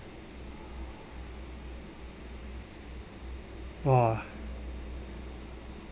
!wah!